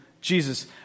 Jesus